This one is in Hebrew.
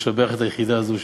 לשבח את היחידה הזאת,